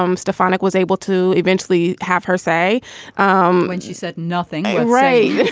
um stefanik was able to eventually have her say um when she said nothing right